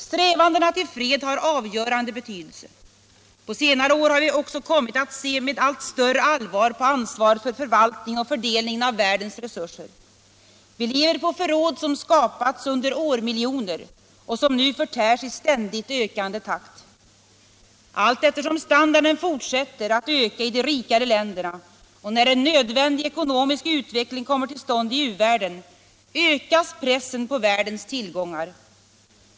Strävandena till fred har avgörande betydelse. På senare år har vi också kommit att se med allt större allvar på ansvaret för förvaltningen och fördelningen av världens resurser. Vi lever på förråd som skapats under årmiljoner och som nu förtärs i ständigt ökande takt. Allteftersom standarden fortsätter att öka i de rikare länderna och när en nödvändig ekonomisk utveckling kommer till stånd i u-världen ökas pressen på världens tillgångar.